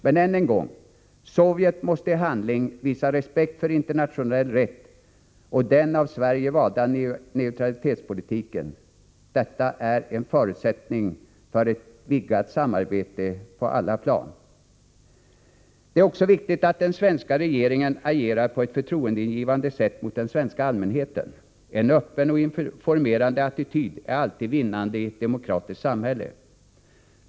Men än en gång: Sovjet måste i handling visa respekt för internationell rätt och den av Sverige valda neutralitetspolitiken; detta är en förutsättning för ett vidgat samarbete på alla plan. Det är också viktigt att den svenska regeringen agerar på ett förtroendeingivande sätt gentemot den svenska allmänheten. En öppen och informerande attityd är alltid vinnande i ett demokratiskt samhälle.